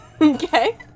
Okay